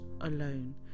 alone